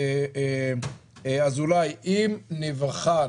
אם נבחן